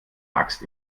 axt